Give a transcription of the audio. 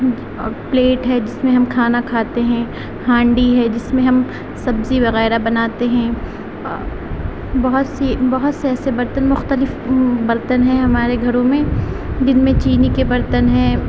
plate ہے جس میں ہم کھانا کھاتے ہیں ہانڈی ہے جس میں ہم سبزی وغیرہ بناتے ہیں بہت سی بہت سے ایسے برتن مختلف برتن ہیں ہمارے گھروں میں جن میں چینی کے برتن ہیں